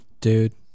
Dude